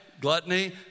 gluttony